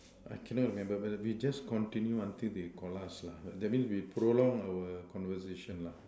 I cannot remember but we just continue until they Call us lah that means we prolong our conversation lah